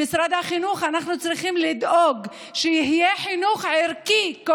במשרד החינוך אנחנו צריכים לדאוג שיהיה קודם כול חינוך ערכי,